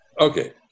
Okay